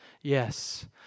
yes